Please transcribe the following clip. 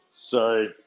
sorry